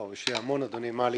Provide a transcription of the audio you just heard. אדוני, יש לי המון מה להתייחס.